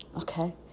Okay